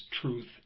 truth